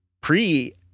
pre